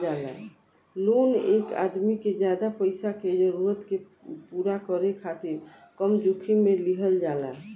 loan एक आदमी के ज्यादा पईसा के जरूरत के पूरा करे खातिर कम जोखिम में लिहल जाला